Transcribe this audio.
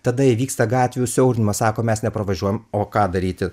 tada įvyksta gatvių siaurinimas sako mes nepravažiuojam o ką daryti